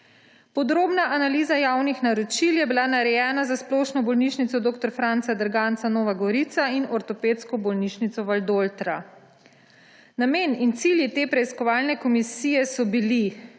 Podrobna analiza javnih naročil je bila narejena za Splošno bolnišnico dr. Franca Drganca Nova Gorica in Ortopedsko bolnišnico Valdoltra. Namen in cilji te preiskovalne komisije so bili